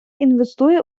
інвестує